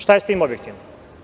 Šta je sa tim objektima?